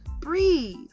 breathe